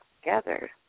together